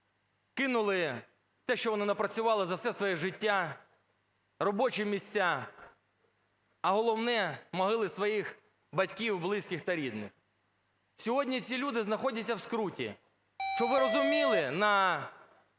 кинули те, що вони напрацювали за все своє життя, робочі місця, а головне – могили своїх батьків, близьких та рідних. Сьогодні ці люди знаходяться в скруті. Щоб ви розуміли, на